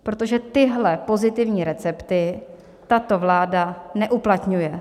Protože tyhle pozitivní recepty tato vláda neuplatňuje.